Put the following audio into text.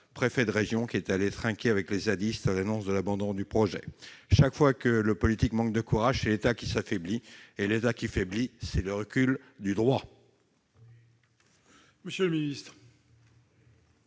préfet de région, est allé trinquer avec les zadistes à l'annonce de l'abandon du projet ... Chaque fois que le politique manque de courage, c'est l'État qui s'affaiblit. Et l'État qui faiblit, c'est le recul du droit ! Très bien